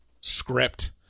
script